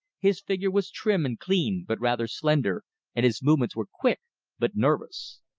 his figure was trim and clean, but rather slender and his movements were quick but nervous.